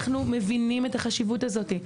אנחנו מבינים את החשיבות הזאת,